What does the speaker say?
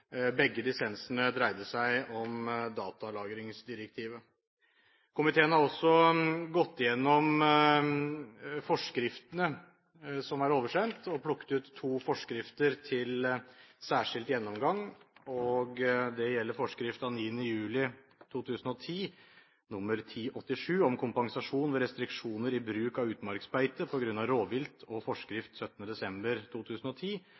Begge dissensene dreide seg om datalagringsdirektivet. Komiteen har også gått gjennom forskriftene som er oversendt, og plukket ut to forskrifter til særskilt gjennomgang. Det gjelder forskrift 9. juli 2010 nr. 1087 om kompensasjon ved restriksjoner i bruk av utmarksbeite på grunn av rovvilt, og forskrift 17. desember 2010